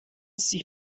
sie